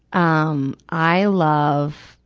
um i love,